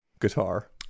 guitar